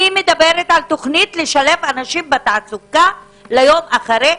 אני מדברת על תוכנית לשלב אנשים בתעסוקה ליום אחרי,